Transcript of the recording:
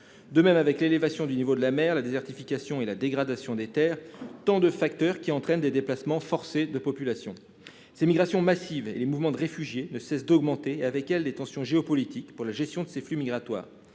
De même, l'élévation du niveau de la mer, la désertification et la dégradation des terres sont autant de facteurs qui entraînent des déplacements forcés de populations. Ces migrations massives et les mouvements de réfugiés ne cessent d'augmenter, et avec eux les tensions géopolitiques pour la gestion de ces flux migratoires.